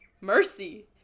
Mercy